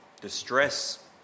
Distress